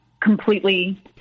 completely